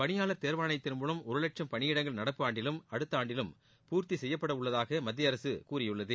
பணியாளர் தேர்வாணையத்தின் மூவம் ஒரு வட்சம் பணியிடங்கள் நடப்பாண்டிலும் அடுத்த ஆண்டிலும் பூர்த்தி சுப்யப்படவுள்ளதாக மத்திய அரசு கூறியுள்ளது